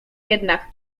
jednak